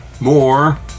More